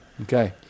Okay